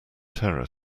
terror